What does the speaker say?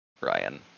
Ryan